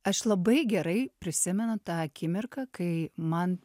aš labai gerai prisimena tą akimirką kai man